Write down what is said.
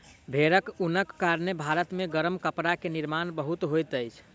भेड़क ऊनक कारणेँ भारत मे गरम कपड़ा के निर्माण बहुत होइत अछि